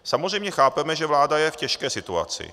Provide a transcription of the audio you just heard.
Samozřejmě chápeme, že vláda je v těžké situaci.